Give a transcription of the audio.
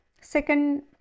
second